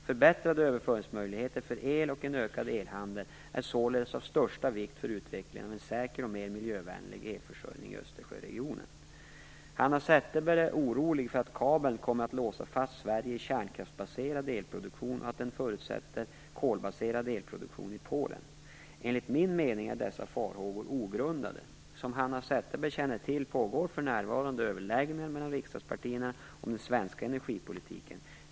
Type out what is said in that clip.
Förbättrade överföringsmöjligheter för el och en ökad elhandel är således av största vikt för utvecklingen av en säkrare och mer miljövänlig elförsörjning i Östersjöregionen. Hanna Zetterberg är orolig för att kabeln kommer att låsa fast Sverige vid kärnkraftsbaserad elproduktion och att den förutsätter kolbaserad elproduktion i Polen. Enligt min mening är dessa farhågor ogrundade. Som Hanna Zetterberg känner till pågår för närvarande överläggningar mellan riksdagspartierna om den svenska energipolitiken.